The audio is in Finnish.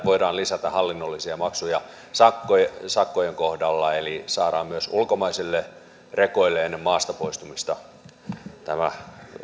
voidaan lisätä hallinnollisia maksuja sakkojen sakkojen kohdalla eli miten saadaan myös ulkomaisille rekoille ennen maasta poistumista tämä